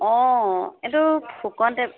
অঁ এইটো ফুকন টে